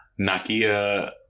Nakia